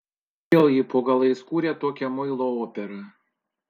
kodėl ji po galais kuria tokią muilo operą